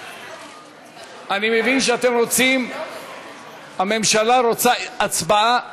אני מבין שאתם רוצים, הממשלה רוצה הצבעה